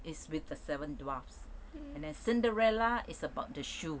is with the seven dwarfs an~ then cinderella is about the shoe